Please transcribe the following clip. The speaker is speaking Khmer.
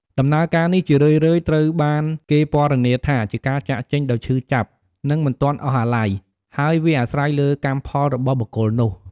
ដំណើរការនេះជារឿយៗត្រូវបានគេពណ៌នាថាជាការចាកចេញដោយឈឺចាប់ និងមិនទាន់អស់អាល័យ ហើយវាអាស្រ័យលើកម្មផលរបស់បុគ្គលនោះ។